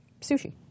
sushi